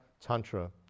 tantra